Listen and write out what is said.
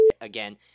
again